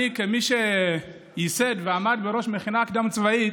אני כמי שייסד ועמד בראש מכינה קדם-צבאית,